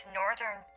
northern